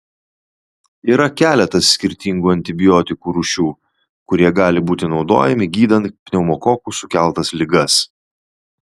yra keletas skirtingų antibiotikų rūšių kurie gali būti naudojami gydant pneumokokų sukeltas ligas